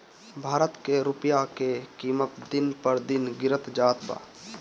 भारत के रूपया के किमत दिन पर दिन गिरत जात बा